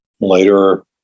later